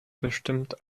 bestimmt